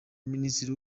minisitiri